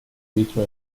dicho